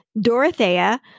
Dorothea